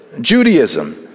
Judaism